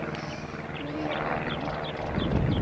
ᱠᱩᱲᱤᱭᱟᱜ ᱜᱟᱹᱰᱤ ᱜᱮ